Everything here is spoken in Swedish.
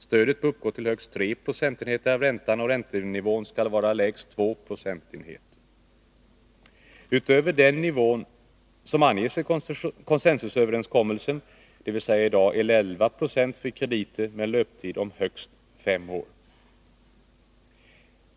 Stödet bör uppgå till högst tre procentenheter av räntan, och räntenivån skall vara lägst två procentenheter utöver den nivå som anges i konsensusöverenskommelsen, dvs. i dag 11 96 för krediter med en löptid om högst 5 år.